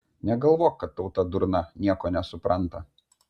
negalvok kad tauta durna nieko nesupranta